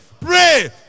Pray